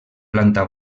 planta